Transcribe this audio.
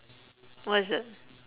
what is that